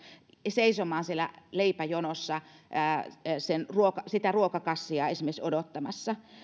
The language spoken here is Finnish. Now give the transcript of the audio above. seisomaan siellä leipäjonossa esimerkiksi sitä ruokakassia odottamassa